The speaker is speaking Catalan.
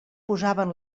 posaven